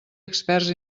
experts